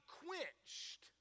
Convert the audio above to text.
quenched